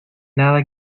nada